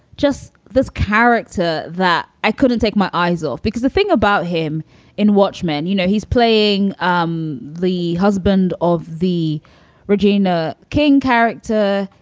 just this character that i couldn't take my eyes off. because the thing about him in watchmen, you know, he's playing um the husband of the regina king character.